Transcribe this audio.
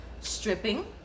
Stripping